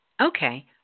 Okay